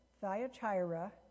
Thyatira